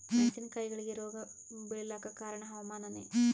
ಮೆಣಸಿನ ಕಾಯಿಗಳಿಗಿ ರೋಗ ಬಿಳಲಾಕ ಕಾರಣ ಹವಾಮಾನನೇ?